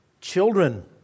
Children